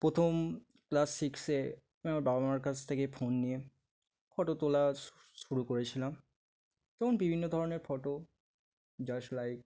প্রথম ক্লাস সিক্সে আমি আমার বাবা মার কাছ থেকে ফোন নিয়ে ফটো তোলা শুরু করেছিলাম যেমন বিভিন্ন ধরনের ফটো জাস্ট লাইক